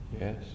Yes